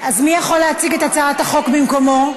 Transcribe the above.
מי יכול להציג את הצעת החוק במקומו?